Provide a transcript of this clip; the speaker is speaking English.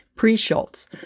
pre-Schultz